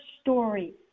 story